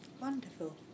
Wonderful